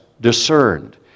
discerned